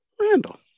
Randall